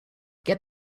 get